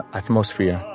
atmosphere